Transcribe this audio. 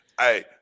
Hey